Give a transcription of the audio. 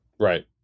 Right